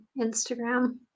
Instagram